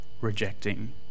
rejecting